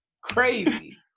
crazy